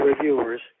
reviewers